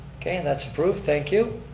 okay, and that's approved, thank you.